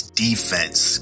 defense